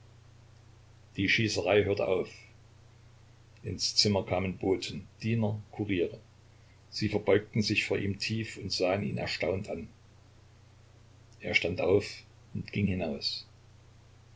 die schießerei hörte auf ins zimmer kamen boten diener kuriere sie verbeugten sich vor ihm tief und sahen ihn erstaunt an er stand auf und ging hinaus